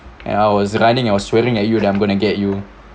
and I was running I was swearing at you that I'm going to get you